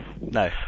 No